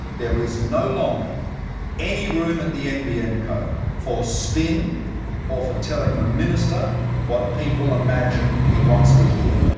there is no longer any room at the nbn co for spin or for telling the minister what people imagine he wants to hear.